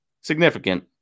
significant